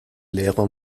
lehrer